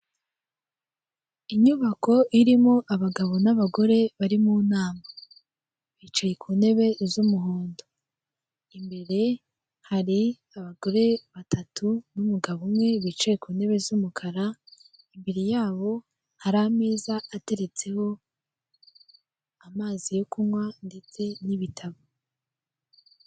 Inyubako irimo abagabo n'abagore bari mu nama, bicaye ku ntebe z'umuhondo imbere hari abagore batatu n'umugabo umwe bicaye ku ntebe z'umukara, imbere yabo hari ameza ateretseho amazi yo kunywa ndetse n'ibitabo.